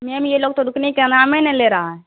میم یہ لوگ تو رکنے کا نام نہیں لے رہا ہے